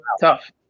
tough